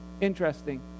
interesting